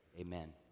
Amen